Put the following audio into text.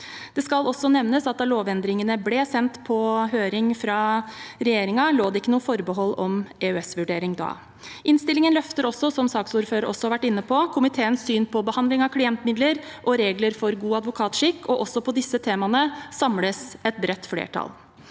Det skal også nevnes at da lovendringene ble sendt på høring fra regjeringen, lå det ikke noe forbehold om EØS-vurdering da. Innstillingen løfter også – som saksordføreren har vært inne på – komiteens syn på behandling av klientmidler og regler for god advokatskikk, og også om disse temaene samles et bredt flertall.